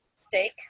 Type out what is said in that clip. steak